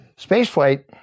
Spaceflight